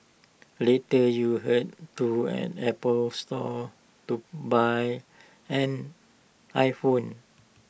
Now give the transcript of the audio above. later you Head to an Apple store to buy an iPhone